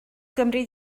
gymri